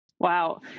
Wow